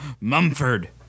Mumford